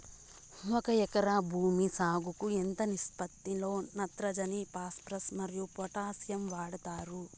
ఒక ఎకరా భూమి సాగుకు ఎంత నిష్పత్తి లో నత్రజని ఫాస్పరస్ మరియు పొటాషియం వాడుతారు